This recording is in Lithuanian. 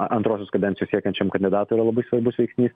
antrosios kadencijos siekiančiam kandidatui yra labai svarbus veiksnys